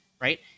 right